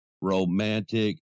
romantic